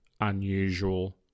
unusual